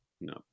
No